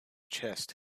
chest